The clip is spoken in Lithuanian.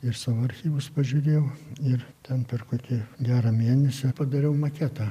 ir savo archyvus pažiūrėjau ir ten per kokį gerą mėnesį padariau maketą